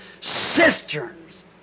cisterns